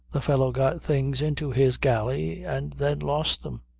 the fellow got things into his galley and then lost them.